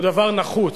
הוא דבר נחוץ.